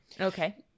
okay